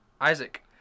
Isaac